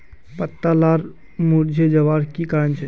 पत्ता लार मुरझे जवार की कारण छे?